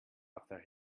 after